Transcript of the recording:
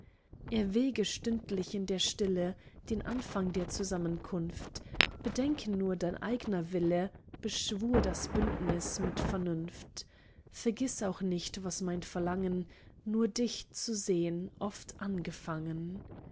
erwäge stündlich in der stille den anfang der zusammenkunft bedenke nur dein eigner wille beschwur das bündnis mit vernunft vergiß auch nicht was mein verlangen nur dich zu sehn oft angefangen